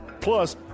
Plus